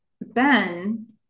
Ben